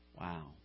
Wow